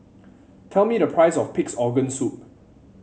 tell me the price of Pig's Organ Soup